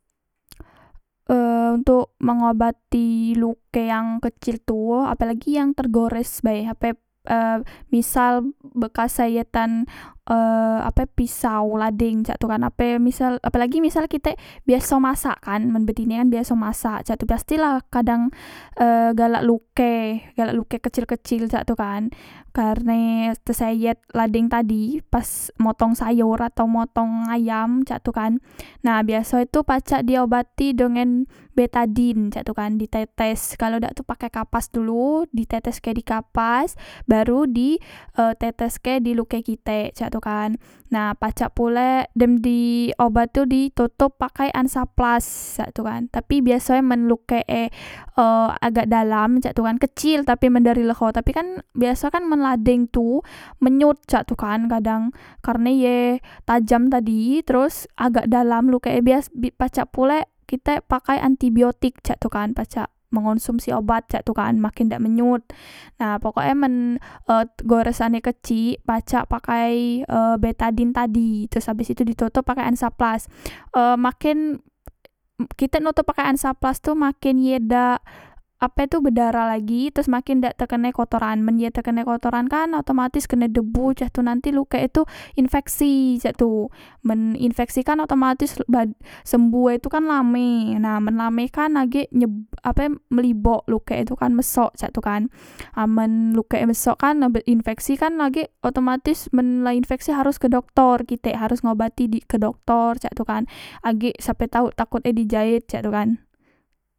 E ontok mengobati luke yang kecil tu ape lagi yang tergores bae ape e misal bekas sayetan e ape pisau ladeng cak tu kan ape misal apelagi misal kitek biaso masak kan men betine kan biaso masak cak tu mestilah kadang e e galak luke galak luke kecil kecil cak tu kan karne keseyet ladeng tadi pas motong sayor atau motong ayam cak tu kan nah biasoe tu pacak diobati dengen betadine cak tu kan di tetes kalo dak tu pakai kapas dulu di teteske dikapas baru di e diteteske diluke kite cak tu kan nah pacak pulek dem di obat tu di totop pakai ansaplas cak tu kan tapi biasoe men lukek e agak dalam cak tu kan kecil tapi men dari leho tapi kan biaso kan men ladeng tu menyut cak tu kan kadang karne ye tajam tadi teros agak dalam lukek e bias pacak pulek kitek pakai antibiotik cak tu kan pacak mengonsumsi obat cak tu kan makin dak menyut nah pokoke men w goresan e kecik pacak pakai e betadine tadi terus abes itu ditotop pakai hensaplas e maken kitek notop pake hensaplas tu maken ye dak ape tu bedarah lagi teros maken dak tekene kotoran men ye tekene kotoran kan otomatis kene debu cak tu nanti lukek e tu infeksi cak tu men infeksi kan otomatis bat sembuhe tu kan lame nah men lame kan agek nyeb ape melibok lukek e tu kan mesok cak tu kan amen lukek e mesok kan ambek infeksi kan agek otomatis men la infeksi harus ke doktor kitek harus ngobati di ke doktor cak tu kan agek sape tau takot e dijaet cek tu kan